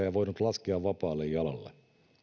ei voinut laskea vapaalle jalalle